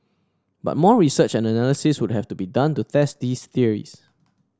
but more research and analysis would have to be done to test these theories